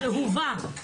הובא.